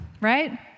right